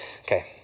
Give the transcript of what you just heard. okay